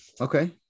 Okay